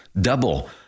Double